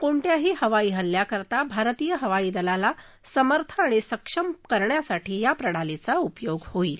कोणत्याही हवाई इल्ल्याकरता भारतीय हवाई दलाला समर्थ आणि सक्षम करण्यासाठी या प्रणालीचा उपयोग होईल